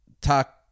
talk